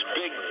big